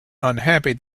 unhappy